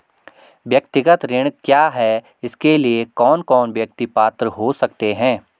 व्यक्तिगत ऋण क्या है इसके लिए कौन कौन व्यक्ति पात्र हो सकते हैं?